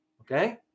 okay